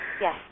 Yes